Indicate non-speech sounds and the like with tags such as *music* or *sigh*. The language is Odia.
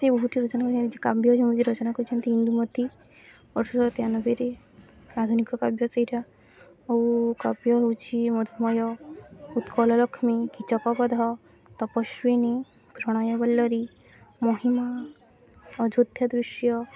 ସେ ବହୁତ ରଚନା *unintelligible* କାବ୍ୟ ଯେମିତି ରଚନା କରିଛନ୍ତି ଇନ୍ଦୁମତୀ ଅଠରଶହ ତେୟାନବେରେ ଆଧୁନିକ କାବ୍ୟ ସେଇଟା ଆଉ କାବ୍ୟ ହଉଛି ମଧୁମୟ ଉତ୍କଳ ଲକ୍ଷ୍ମୀ କୀଚକବଧ ତପସ୍ଵିନୀ ପ୍ରଣୟ ବଲ୍ଲରୀ ମହିମା ଅଯୋଧ୍ୟା ଦୃଶ୍ୟ